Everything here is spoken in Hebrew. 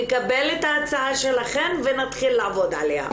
נקבל את ההצעה שלכן ונתחיל לעבוד עליה.